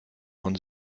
von